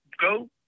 go